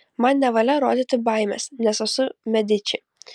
man nevalia rodyti baimės nes esu mediči